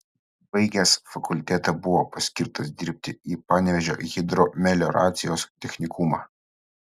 baigęs fakultetą buvo paskirtas dirbti į panevėžio hidromelioracijos technikumą